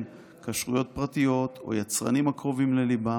כשרויות פרטיות או יצרנים הקרובים לליבם,